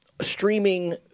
streaming